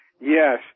Yes